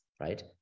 right